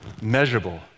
Measurable